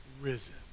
risen